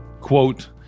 quote